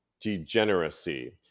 degeneracy